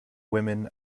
women